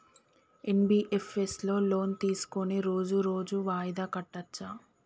NBFS లో loan తీస్కొని రోజు రోజు వాయిదా కట్టచ్ఛా?